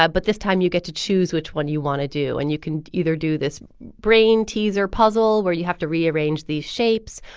ah but this time you get to choose which one you want to do. and you can either do this brain teaser puzzle where you have to rearrange these shapes,